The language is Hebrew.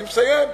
אני מסיים.